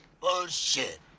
bullshit